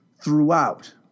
throughout